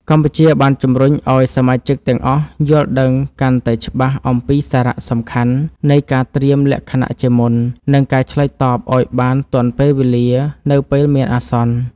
កម្ពុជាបានជំរុញឱ្យសមាជិកទាំងអស់យល់ដឹងកាន់តែច្បាស់អំពីសារៈសំខាន់នៃការត្រៀមលក្ខណៈជាមុន និងការឆ្លើយតបឱ្យបានទាន់ពេលវេលានៅពេលមានអាសន្ន។